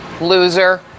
loser